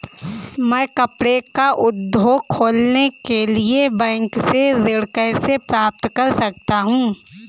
मैं कपड़े का उद्योग खोलने के लिए बैंक से ऋण कैसे प्राप्त कर सकता हूँ?